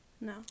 No